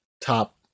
top